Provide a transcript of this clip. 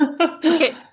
Okay